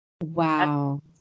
wow